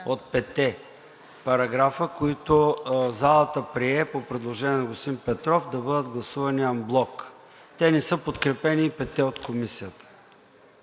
от петте параграфа, които залата прие по предложение на господин Петров да бъдат гласувани анблок. Те и петте не са подкрепени от Комисията.